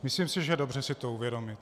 Myslím si, že je dobře si to uvědomit.